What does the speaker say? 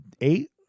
Eight